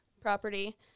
property